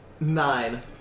Nine